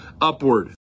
upward